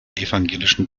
evangelischen